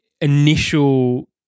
initial